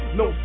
no